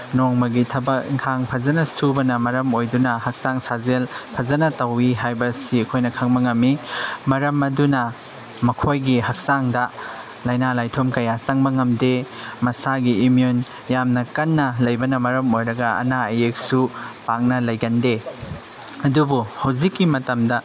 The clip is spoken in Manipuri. ꯅꯣꯡꯃꯒꯤ ꯊꯕꯛ ꯏꯟꯈꯥꯡ ꯐꯖꯅ ꯁꯨꯕꯅ ꯃꯔꯝ ꯑꯣꯏꯗꯨꯅ ꯍꯛꯆꯥꯡ ꯁꯥꯖꯦꯜ ꯐꯖꯅ ꯇꯧꯋꯤ ꯍꯥꯏꯕ ꯑꯁꯤ ꯑꯩꯈꯣꯏꯅ ꯈꯪꯕ ꯉꯝꯃꯤ ꯃꯔꯝ ꯑꯗꯨꯅ ꯃꯈꯣꯏꯒꯤ ꯍꯛꯆꯥꯡꯗ ꯂꯥꯏꯅꯥ ꯂꯥꯏꯊꯨꯡ ꯀꯌꯥ ꯆꯪꯕ ꯉꯝꯗꯦ ꯃꯁꯥꯒꯤ ꯏꯃ꯭ꯌꯨꯟ ꯌꯥꯝꯅ ꯀꯟꯅ ꯂꯩꯕꯅ ꯃꯔꯝ ꯑꯣꯏꯔꯒ ꯑꯅꯥ ꯑꯌꯦꯛꯁꯨ ꯄꯥꯛꯅ ꯂꯩꯒꯟꯗꯦ ꯑꯗꯨꯕꯨ ꯍꯧꯖꯤꯛꯀꯤ ꯃꯇꯝꯗ